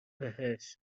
بهش